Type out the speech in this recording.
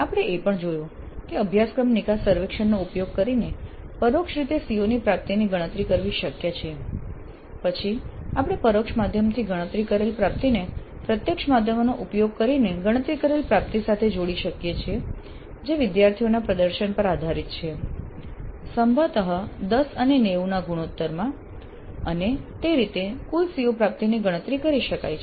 આપણે એ પણ જોયું કે અભ્યાસક્રમ નિકાસ સર્વેક્ષણનો ઉપયોગ કરીને પરોક્ષ રીતે CO ની પ્રાપ્તિની ગણતરી કરવી શક્ય છે પછી આપણે પરોક્ષ માધ્યમોથી ગણતરી કરેલ પ્રાપ્તિને પ્રત્યક્ષ માધ્યમોનો ઉપયોગ કરીને ગણતરી કરેલ પ્રાપ્તિ સાથે જોડી શકીએ છીએ જે વિદ્યાર્થીઓના પ્રદર્શન પર આધારિત છે સંભવતઃ 1090 ગુણોત્તરમાં અને તે રીતે કુલ CO પ્રાપ્તિની ગણતરી કરી શકાય છે